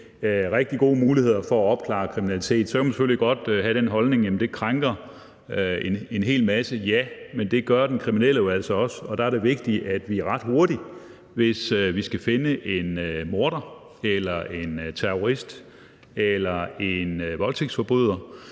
rigtig gode muligheder for at opklare kriminalitet. Så kan man selvfølgelig godt have den holdning, at det krænker en hel masse. Ja, men det gør den kriminelle jo altså også, og der er det vigtigt, at vi ret hurtigt, hvis vi skal finde en morder, en terrorist eller en voldtægtsforbryder,